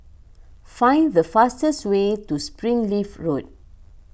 find the fastest way to Springleaf Road